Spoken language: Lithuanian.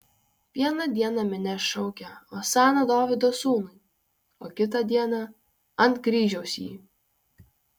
vieną dieną minia šaukia osana dovydo sūnui o kitą dieną ant kryžiaus jį